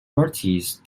thirties